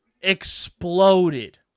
exploded